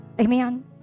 Amen